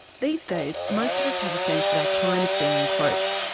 these days, most of us have a sense that our time is being encroached,